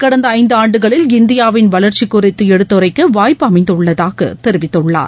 கடந்த ஐந்து ஆண்டுகளில் இந்தியாவின் வளர்ச்சி குறித்து எடுத்துரைக்க வாய்ப்பு அமைந்துள்ளதாக தெரிவித்துள்ளார்